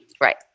Right